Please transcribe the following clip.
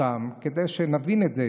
כדי שנבין את זה,